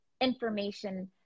information